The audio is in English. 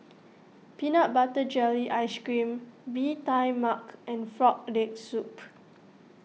Peanut Butter Jelly Ice Cream Bee Tai Mak and Frog Leg Soup